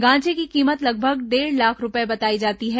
गांजे की कीमत लगभग डेढ़ लाख रूपये बताई जाती है